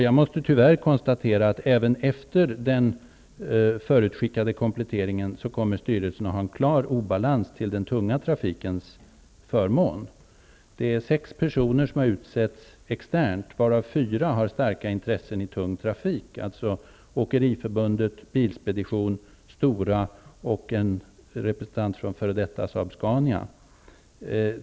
Jag måste tyvärr konstatera att styrelsen även efter den förutskickade kompletteringen kommer att ha en klar obalans till den tunga trafikens förmån. Sex personer har utsetts externt, varav fyra har starka intressen i tung trafik, nämligen representanter för representant -- Saab-Scania.